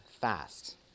fast